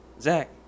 Zach